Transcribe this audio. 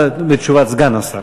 בתשובת סגן השר.